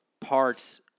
parts